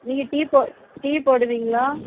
நீங்கள் டீ போ டீ போடுவீங்களா